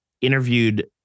interviewed